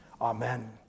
Amen